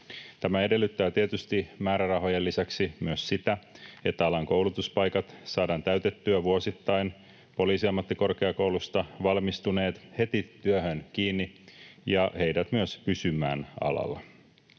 Tämä edellyttää tietysti määrärahojen lisäksi sitä, että alan koulutuspaikat saadaan täytettyä vuosittain, Poliisiammattikorkeakoulusta valmistuneet heti työhön kiinni ja heidät myös pysymään alalla.